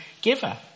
giver